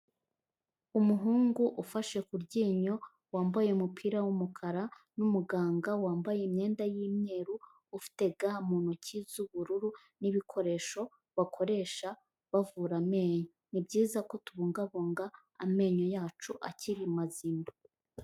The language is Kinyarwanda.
Umuhungu ufashe ku ryinyo, wambaye umupira w'umukara n'umuganga wambaye imyenda y'imyeru, ufite ga mu ntoki z'ubururu n'ibikoresho bakoresha bavura amenyo. Ni byiza ko tubungabunga amenyo yacu, akiri mazima.